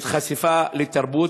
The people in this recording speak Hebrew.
את החשיפה לתרבות,